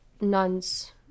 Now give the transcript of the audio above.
nuns